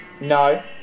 No